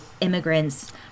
immigrants